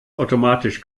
automatisch